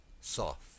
soft